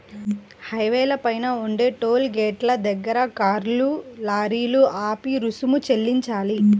హైవేల పైన ఉండే టోలు గేటుల దగ్గర కార్లు, లారీలు ఆపి రుసుము చెల్లించాలి